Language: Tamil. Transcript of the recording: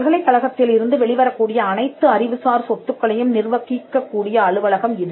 பல்கலைக்கழகத்தில் இருந்து வெளிவரக் கூடிய அனைத்து அறிவுசார் சொத்துக்களையும் நிர்வகிக்கக்கூடிய அலுவலகம் இது